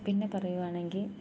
പിന്നെ പറയുകയാണെങ്കിൽ